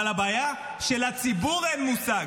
אבל הבעיה היא שלציבור אין מושג.